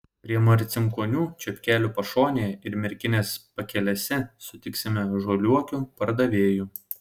prie marcinkonių čepkelių pašonėje ir merkinės pakelėse sutiksime žaliuokių pardavėjų